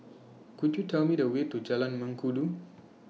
Could YOU Tell Me The Way to Jalan Mengkudu